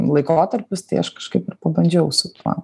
laikotarpis tai aš kažkaip ir pabandžiau su tuo